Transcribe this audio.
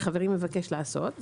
שחברי מבקש לעשות,